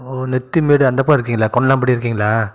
ஓ நெத்திமேடு அந்தப்பக்கம் இருக்கிங்களா கொன்னாம்பட்டி இருக்கிங்களா